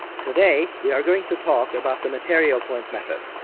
today we're going to talk about the material point method.